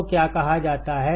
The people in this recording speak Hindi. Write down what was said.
तो क्या कहा जाता है